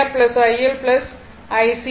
So IR IR angle 0 that is IRVR ILIL angle 90 o